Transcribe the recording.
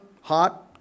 hot